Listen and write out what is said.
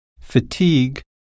fatigue